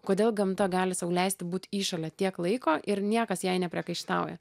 kodėl gamta gali sau leisti būt įšale tiek laiko ir niekas jai nepriekaištauja